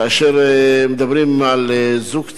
כאשר מדברים על זוג צעיר,